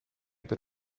per